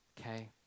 okay